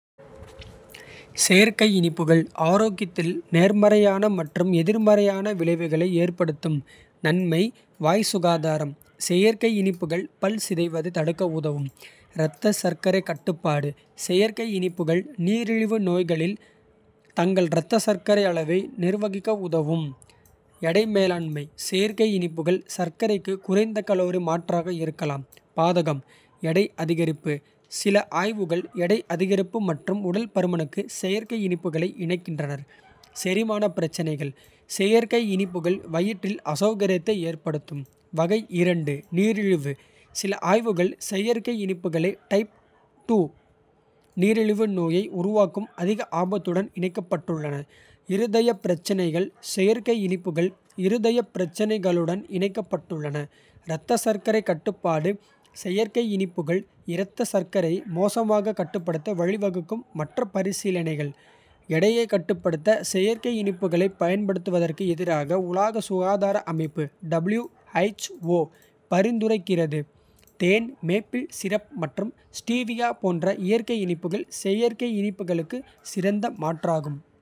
செயற்கை இனிப்புகள் ஆரோக்கியத்தில் நேர்மறையான. மற்றும் எதிர்மறையான விளைவுகளை ஏற்படுத்தும் நன்மை. வாய் சுகாதாரம் செயற்கை இனிப்புகள் பல். சிதைவைத் தடுக்க உதவும் இரத்த சர்க்கரை கட்டுப்பாடு. செயற்கை இனிப்புகள் நீரிழிவு நோயாளிகள் தங்கள். இரத்த சர்க்கரை அளவை நிர்வகிக்க உதவும். எடை மேலாண்மை செயற்கை இனிப்புகள். சர்க்கரைக்கு குறைந்த கலோரி மாற்றாக இருக்கலாம் பாதகம். எடை அதிகரிப்பு சில ஆய்வுகள் எடை அதிகரிப்பு. மற்றும் உடல் பருமனுக்கு செயற்கை. இனிப்புகளை இணைக்கின்றன. செரிமான பிரச்சனைகள் செயற்கை இனிப்புகள். வயிற்றில் அசௌகரியத்தை ஏற்படுத்தும். வகை நீரிழிவு சில ஆய்வுகள் செயற்கை இனிப்புகளை. டைப் நீரிழிவு நோயை உருவாக்கும் அதிக. ஆபத்துடன் இணைக்கப்பட்டுள்ளன. இருதய பிரச்சினைகள் செயற்கை இனிப்புகள். இருதய பிரச்சினைகளுடன் இணைக்கப்பட்டுள்ளன. இரத்த சர்க்கரை கட்டுப்பாடு செயற்கை இனிப்புகள். இரத்த சர்க்கரையை மோசமாக கட்டுப்படுத்த வழிவகுக்கும். மற்ற பரிசீலனைகள். எடையைக் கட்டுப்படுத்த செயற்கை இனிப்புகளைப். பயன்படுத்துவதற்கு எதிராக உலக சுகாதார அமைப்ப. பரிந்துரைக்கிறது தேன் மேப்பிள் சிரப் மற்றும் ஸ்டீவியா. போன்ற இயற்கை இனிப்புகள் செயற்கை. இனிப்புகளுக்கு சிறந்த மாற்றாகும்.